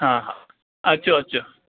हा हा अचो अचो